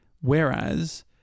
Whereas